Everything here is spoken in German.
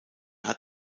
hat